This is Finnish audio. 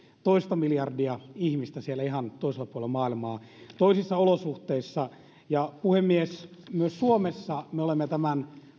toista miljardia ihmistä siellä ihan toisella puolella maailmaa toisissa olosuhteissa ja puhemies myös suomessa me olemme tämän